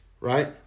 Right